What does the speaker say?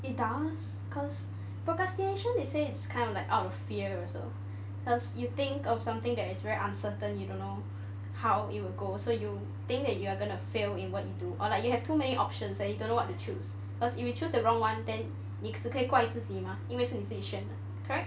it does cause procrastination they say it's kind of like out of fear also cause you think of something that is very uncertain you don't know how it will go so you think that you are going to fail in what you do or like you have too many options that you don't know what to choose cause if you choose the wrong one then 你只可以怪自己 mah 因为是你自己选的 correct